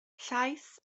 llaeth